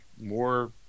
more –